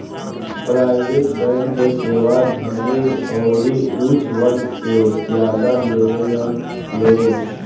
private bank के सेवा धनी अउरी ऊच वर्ग के ज्यादा लेवेलन लोग